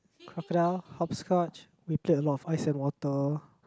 crocodile hopscotch we play a lot of ice and water